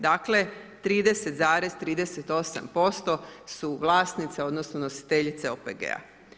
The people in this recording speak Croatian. Dakle, 30,38% su vlasnice odnosno, nositeljice OPG-a.